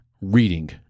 reading